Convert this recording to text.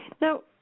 now